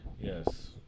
Yes